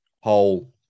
whole